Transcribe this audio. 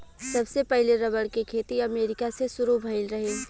सबसे पहिले रबड़ के खेती अमेरिका से शुरू भईल रहे